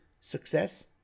success